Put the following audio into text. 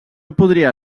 podria